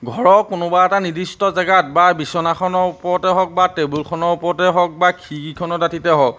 ঘৰৰ কোনোবা এটা নিৰ্দিষ্ট জেগাত বা বিচনাখনৰ ওপৰতে হওক বা টেবুলখনৰ ওপৰতে হওক বা খিৰিকীখনৰ দাঁতিতে হওক